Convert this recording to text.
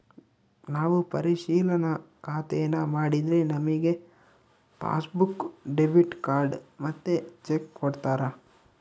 ನಾವು ಪರಿಶಿಲನಾ ಖಾತೇನಾ ಮಾಡಿದ್ರೆ ನಮಿಗೆ ಪಾಸ್ಬುಕ್ಕು, ಡೆಬಿಟ್ ಕಾರ್ಡ್ ಮತ್ತೆ ಚೆಕ್ಕು ಕೊಡ್ತಾರ